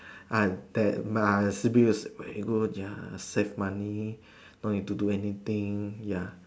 uh that my sleeping is very good ya save money no need to do anything ya